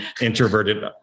introverted